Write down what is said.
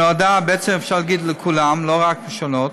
בעצם אפשר להגיד של כולן, לא רק שונות,